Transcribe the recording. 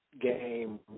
game